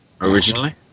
Originally